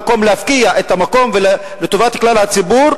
במקום להפקיע את המקום לטובת כלל הציבור,